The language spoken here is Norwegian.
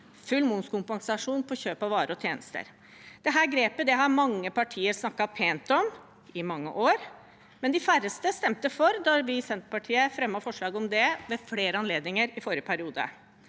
Full momskompensasjon på kjøp av varer og tjenester. Dette grepet har mange partier snakket pent om i mange år, men de færreste stemte for det da vi i Senterpartiet fremmet forslag om det ved flere anledninger i forrige periode.